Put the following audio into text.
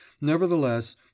nevertheless